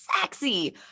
sexy